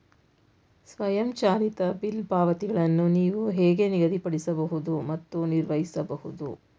ಸ್ವಯಂಚಾಲಿತ ಬಿಲ್ ಪಾವತಿಗಳನ್ನು ನೀವು ಹೇಗೆ ನಿಗದಿಪಡಿಸಬಹುದು ಮತ್ತು ನಿರ್ವಹಿಸಬಹುದು?